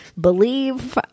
believe